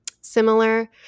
similar